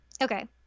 Okay